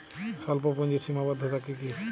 স্বল্পপুঁজির সীমাবদ্ধতা কী কী?